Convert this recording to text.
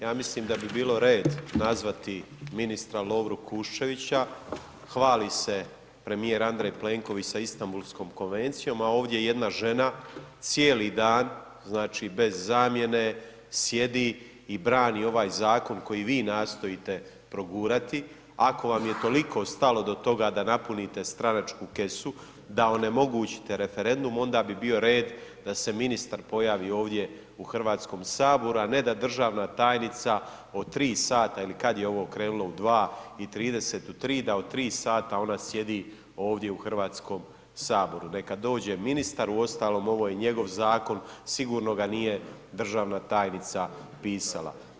Ja mislim da bi bilo red nazvati ministra Lovru Kuščevića, hvali se premijer Andrej Plenković sa Istambulskom konvencijom, a ovdje jedna žena cijeli dan, znači, bez zamjene, sjedi i brani ovaj zakon koji vi nastojite progurati, ako vam je toliko stalo do toga da napunite stranačku kesu, da onemogućite referendum, onda bi bio red da se ministar pojavi ovdje u HS, a ne da državna tajnica od 3 sata il kad je ovo krenulo, u 2 i 30, u 3, da od 3 sata ona sjedi ovdje u HS, neka dođe ministar, uostalom, ovo je njegov zakon, sigurno ga nije državna tajnica pisala.